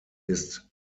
ist